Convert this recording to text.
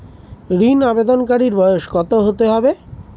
ঋন আবেদনকারী বয়স কত হতে হবে?